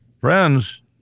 Friends